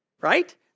right